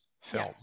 film